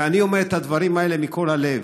ואני אומר את הדברים האלה מכל הלב,